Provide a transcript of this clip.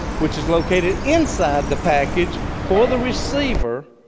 which is located inside the package for the receiver,